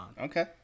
Okay